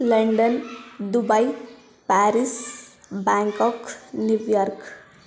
London Dubai Paris Bangkok New York